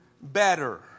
better